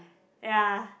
ya